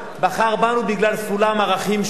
בחר בנו בגלל סולם ערכים שונה,